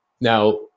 Now